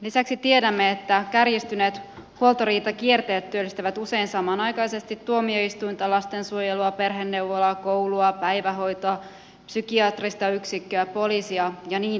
lisäksi tiedämme että kärjistyneet huoltajuusriitakierteet työllistävät usein samanaikaisesti tuomioistuinta lastensuojelua perheneuvolaa koulua päivähoitoa psykiatrista yksikköä poliisia ja niin edelleen